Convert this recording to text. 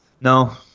No